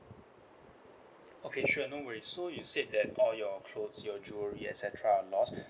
okay sure no worries so you said that all your clothes your jewellery et cetera are lost